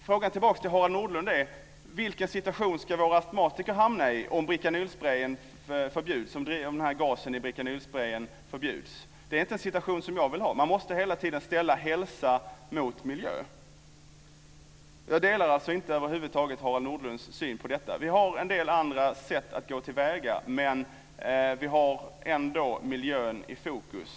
Frågan tillbaka till Harald Nordlund är: Vilken situation ska våra astmatiker hamna i om brikanylsprayen förbjuds, om den här gasen i brikanylsprayen förbjuds? Det är inte en situation som jag vill ha. Man måste hela tiden ställa hälsa mot miljö. Jag delar alltså över huvud taget inte Harald Nordlunds syn på detta. Vi har en del andra sätt att gå till väga, men vi har ändå miljön i fokus.